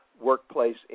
workplace